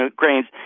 grains